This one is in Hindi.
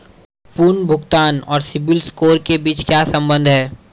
पुनर्भुगतान और सिबिल स्कोर के बीच क्या संबंध है?